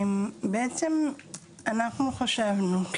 אנחנו חשבנו,